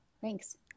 Thanks